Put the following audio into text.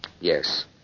Yes